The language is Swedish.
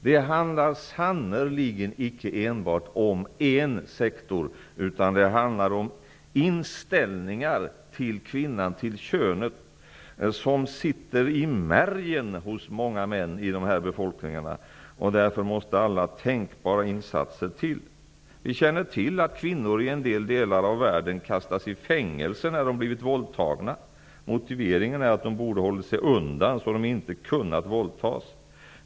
Det handlar sannerligen icke enbart om en sektor utan om en inställning till kvinnan, till könet, som sitter i märgen hos många män i dessa länder. Därför måste alla tänkbara insatser till. Vi känner till att kvinnor i vissa delar av världen kastas i fängelse när de blivit våldtagna. Motiveringen är att de borde ha hållit sig undan, så att de inte hade kunnat våldtas.